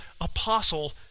apostle